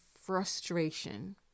frustration